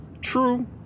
true